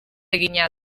egina